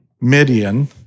Midian